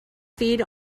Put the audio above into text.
feed